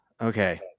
Okay